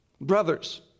Brothers